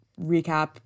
recap